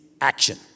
action